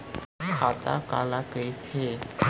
खाता काला कहिथे?